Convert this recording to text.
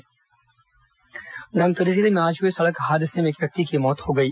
दुर्घटना धमतरी जिले में आज हुए सड़क हादसे में एक व्यक्ति की मौत हो गई